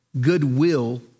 goodwill